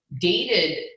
dated